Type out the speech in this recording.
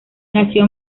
nació